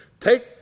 take